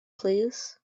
please